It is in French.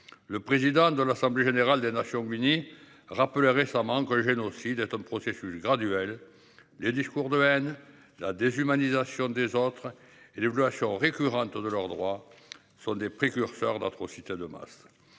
Le président de l'Assemblée générale des Nations unies, rappelait récemment que le génocide est un processus graduel, les discours de haine. La déshumanisation des autres et l'évaluation récurrentes de leurs droits sont des précurseurs d'atrocités de masse.